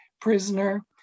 prisoner